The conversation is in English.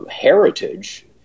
heritage